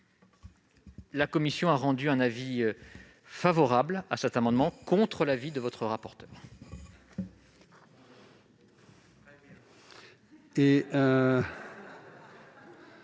La commission a émis un avis favorable sur cet amendement, contre l'avis de votre rapporteur. Très